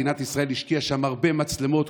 מדינת ישראל השקיעה שם הרבה מצלמות.